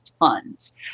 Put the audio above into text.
tons